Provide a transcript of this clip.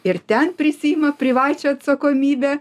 ir ten prisiima privačią atsakomybę